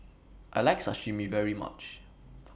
I like Sashimi very much